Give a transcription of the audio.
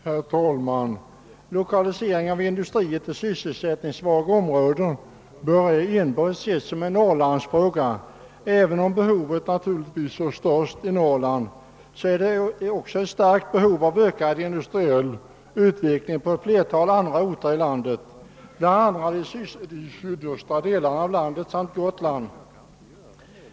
Herr talman! Lokaliseringen av industrier till sysselsättningssvaga områden bör ej enbart ses som en norrlandsfråga. även om behovet naturligtvis är störst i Norrland är det också ett starkt behov av ökad industriell utveckling på ett flertal andra orter i landet, bl.a. i de sydöstra delarna av landet samt på Gotland.